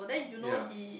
ya